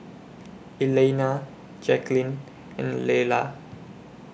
Elaina Jacquelyn and Lella